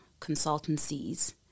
consultancies